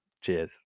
Cheers